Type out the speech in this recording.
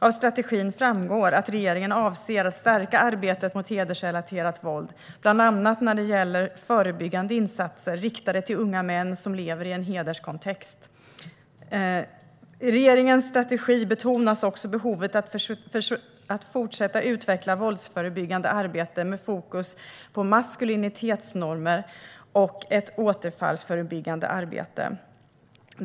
Av strategin framgår att regeringen avser att stärka arbetet mot hedersrelaterat våld, bland annat när det gäller förebyggande insatser riktade till unga män som lever i en hederskontext. I regeringens strategi betonas också behovet att fortsätta utveckla våldsförebyggande arbete med fokus på maskulinitetsnormer och ett återfallsförebyggande arbete.